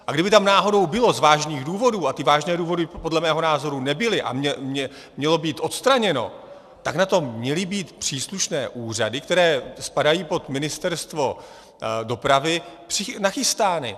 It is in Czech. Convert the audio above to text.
A kdyby tam náhodou bylo z vážných důvodů, a ty vážné důvody podle mého názoru nebyly a mělo být odstraněno, tak na to měly být příslušné úřady, které spadají pod Ministerstvo dopravy, nachystány.